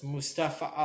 Mustafa